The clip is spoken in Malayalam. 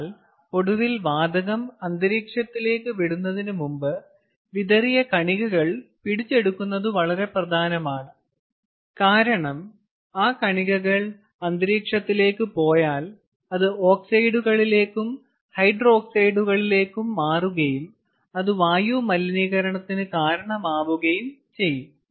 എന്നാൽ ഒടുവിൽ വാതകം അന്തരീക്ഷത്തിലേക്ക് വിടുന്നതിന് മുമ്പ് വിതറിയ കണികകൾ പിടിച്ചെടുക്കുന്നത് വളരെ പ്രധാനമാണ് കാരണം ആ കണികകൾ അന്തരീക്ഷത്തിലേക്ക് പോയാൽ അത് ഓക്സൈഡുകളിലേക്കും ഹൈഡ്രോക്സൈഡുകളിലേക്കും മാറുകയും അത് വായു മലിനീകരണത്തിന് കാരണമാകുകയും ചെയ്യും